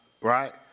Right